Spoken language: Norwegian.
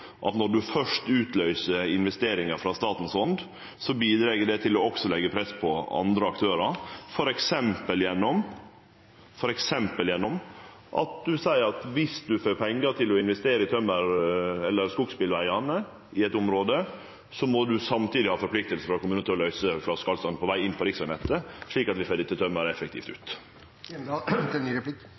å leggje press på også andre aktørar – f.eks. gjennom at vi seier at viss ein får pengar til å investere i skogsbilvegane i eit område, må ein samtidig ha forpliktingar frå kommunen til å løyse flaskehalsane på veg inn på riksvegnettet, slik at vi får dette tømmeret effektivt ut. Statsråden har nå sittet litt over et år i statsrådsstolen, og han svarte jo «ja» på mitt spørsmål, og la i tillegg til